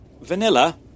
Vanilla